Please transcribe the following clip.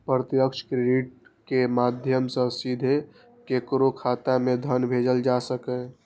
प्रत्यक्ष क्रेडिट के माध्यम सं सीधे केकरो खाता मे धन भेजल जा सकैए